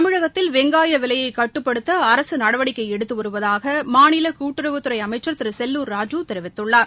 தமிழகத்தில் வெங்காய விலையை கட்டுப்படுத்த அரசு நடவடிக்கை எடுத்து வருவதாக மாநில கூட்டுறவுத்துறை அமைச்சர் திரு செல்லூர் ராஜு தெரிவித்துள்ளார்